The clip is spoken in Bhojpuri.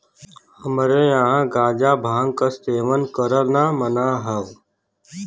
हमरे यहां गांजा भांग क सेवन करना मना हौ